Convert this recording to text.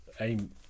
AIM